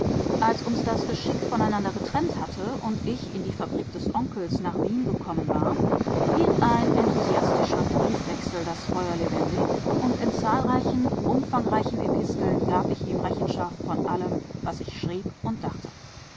als uns das geschick voneinander getrennt hatte und ich in die fabrik des onkels nach wien gekommen war hielt ein enthusiastischer briefwechsel das feuer lebendig und in zahlreichen umfangreichen episteln gab ich ihm rechenschaft von allem was ich schrieb und dachte